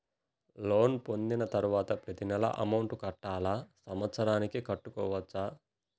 Loan పొందిన తరువాత ప్రతి నెల అమౌంట్ కట్టాలా? సంవత్సరానికి కట్టుకోవచ్చా?